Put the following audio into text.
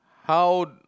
how